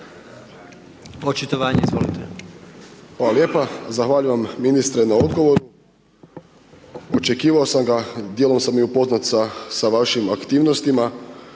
Žarko (HDZ)** Hvala lijepa, zahvaljujem ministre na odgovoru, očekivao sam ga dijelom sam i upoznat sa vašim aktivnostima.